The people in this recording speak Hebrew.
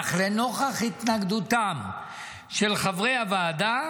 אך לנוכח התנגדותם של חברי הוועדה